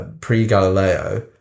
pre-Galileo